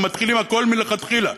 הם מתחילים הכול מלכתחילה,